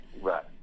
right